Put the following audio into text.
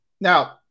Now